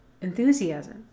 enthusiasm